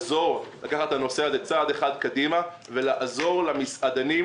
לקחת את הנושא הזה צעד אחד קדימה ולעזור למסעדנים.